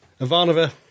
Ivanova